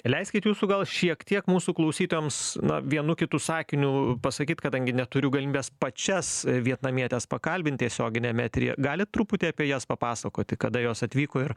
leiskit jūsų gal šiek tiek mūsų klausytojams na vienu kitu sakiniu pasakyt kadangi neturiu galimybės pačias vietnamietes pakalbint tiesioginiam eteryje galit truputį apie jas papasakoti kada jos atvyko ir